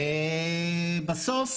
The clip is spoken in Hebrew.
ובסוף,